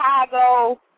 Chicago